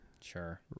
Sure